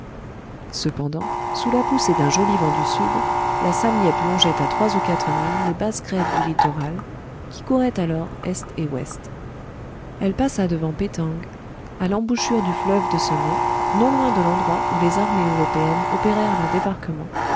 cependant sous la poussée d'un joli vent du sud la sam yep longeait à trois ou quatre milles les basses grèves du littoral qui courait alors est et ouest elle passa devant peh tang à l'embouchure du fleuve de ce nom non loin de l'endroit où les armées européennes opérèrent leur débarquement